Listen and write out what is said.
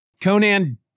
Conan